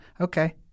okay